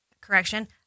correction